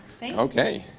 thanks. okay.